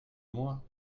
moi